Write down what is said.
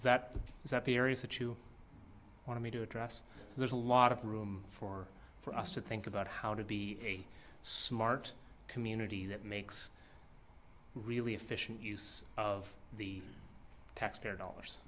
that is that the areas that you want me to address there's a lot of room for for us to think about how to be a smart community that makes really efficient use of the taxpayer dollars